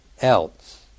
else